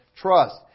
trust